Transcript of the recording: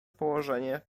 położenie